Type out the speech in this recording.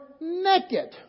naked